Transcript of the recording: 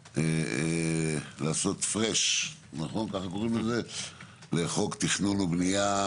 לעשות fresh לחוק תכנון והבנייה,